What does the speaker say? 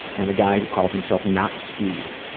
and a guy who calls himself, not steve,